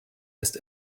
ist